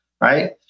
right